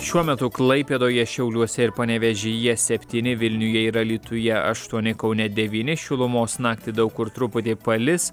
šiuo metu klaipėdoje šiauliuose ir panevėžyje septyni vilniuje ir alytuje aštuoni kaune devyni šilumos naktį daug kur truputį palis